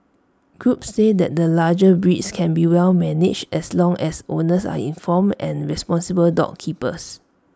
groups say that the larger breeds can be well managed as long as owners are informed and responsible dog keepers